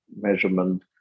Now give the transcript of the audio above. measurement